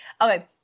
Okay